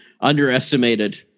underestimated